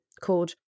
called